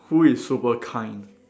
who is super kind